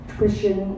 Christian